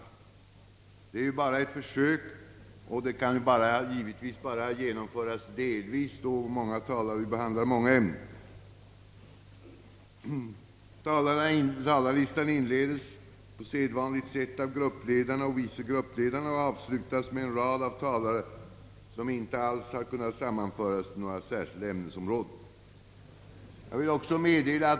Anordningen är att anse som ett försök och har för övrigt kunnat genomföras endast delvis. Talarlistan inledes således på sedvanligt sätt av gruppledarna och vice gruppledarna och avslutas av en rad talare som ej kunnat sammanföras till särskilda ämnesområden.